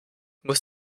muss